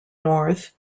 north